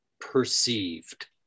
perceived